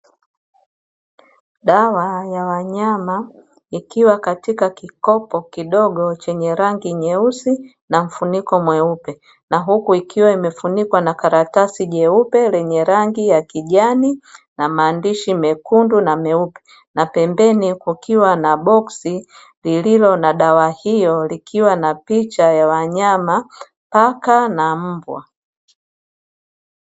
Dawa ya wanyama ikiwa katika kikopo kidogo chenye rangi nyeusi na mfuniko mweupe na huku ikiwa imefunikwa na karatasi jeupe lenye rangi ya kijani na maandishi mekundu na meupe na pembeni kukiwa na boski lililo na dawa hiyo liliwa na picha ya wanyama paka na mbwa.